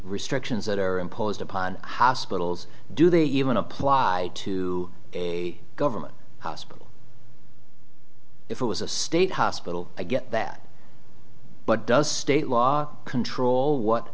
restrictions that are imposed upon how spittles do the even apply to a government hospital if it was a state hospital i get that but does state law control what